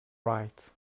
right